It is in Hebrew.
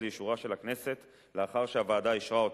לאישורה של הכנסת לאחר שהוועדה אישרה אותם.